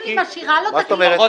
אדוני.